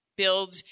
Build